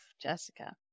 Jessica